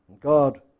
God